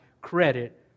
credit